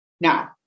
Now